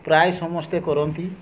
ପ୍ରାୟ ସମସ୍ତେ କରନ୍ତି